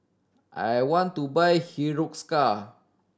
I want to buy Hiruscar